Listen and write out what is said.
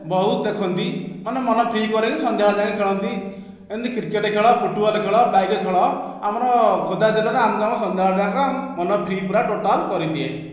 ବହୁତ ଦେଖନ୍ତି ମାନେ ମନ ଠିକ କରେ ଯେ ସନ୍ଧ୍ୟାବେଳେ ଯାଇ ଖେଳନ୍ତି ଏମିତି କ୍ରିକେଟ ଖେଳ ଫୁଟବଲ ଖେଳ ପାଇକ ଖେଳ ଆମର ଖୋର୍ଦ୍ଧା ଜିଲ୍ଲାରେ ଆମକୁ ଆମ ସନ୍ଧ୍ୟା ବେଳ ଯାକ ମନ ଫ୍ରି ପୁରା ଟୋଟାଲ କରିଦିଏ